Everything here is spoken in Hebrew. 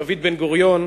דוד בן-גוריון,